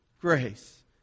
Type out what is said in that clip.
Grace